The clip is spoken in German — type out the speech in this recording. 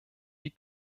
die